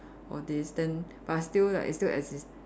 or this then but still like it still exis~